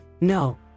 No